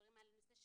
מדברים על כוויות,